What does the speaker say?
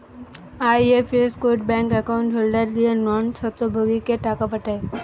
IFS code bank account holder দিয়ে non স্বত্বভোগীকে টাকা পাঠায়